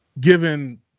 Given